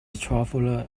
traveller